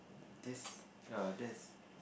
this ya that's